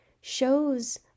shows